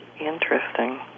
Interesting